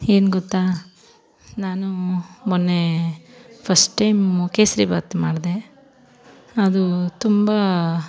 ಏನ್ ಗೊತ್ತಾ ನಾನು ಮೊನ್ನೆ ಫಸ್ಟ್ ಟೈಮು ಕೇಸ್ರಿಭಾತ್ ಮಾಡಿದೆ ಅದು ತುಂಬ